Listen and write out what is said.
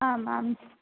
आम् आम्